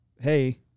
hey